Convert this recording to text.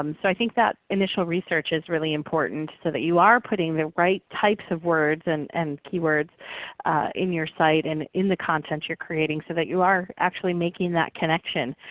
um so i think that initial research is really important, so that you are putting the right types of words and and keywords in your site and in the content you're creating, so that you are actually making that connection.